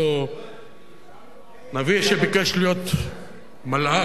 אותו נביא שביקש להיות מלאך,